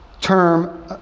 term